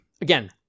Again